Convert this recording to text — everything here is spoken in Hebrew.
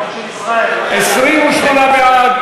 דחיית תחילה ותחולה) (תיקון),